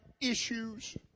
issues